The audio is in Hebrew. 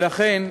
ולכן,